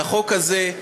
והחוק הזה,